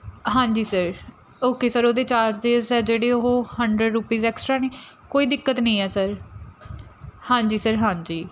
ਹਾਂਜੀ sir okay sir ਉਹਦੇ charges ਆ ਜਿਹੜੇ ਉਹ ਹੰਡਰਡ ਰੁਪੀਸ ਐਕਸਟਰਾ ਨੇ ਕੋਈ ਦਿੱਕਤ ਨਹੀਂ ਹੈ ਸਰ ਹਾਂਜੀ ਸਰ ਹਾਂਜੀ